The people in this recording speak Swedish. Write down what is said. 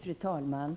Fru talman!